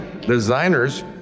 Designers